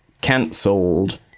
cancelled